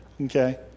Okay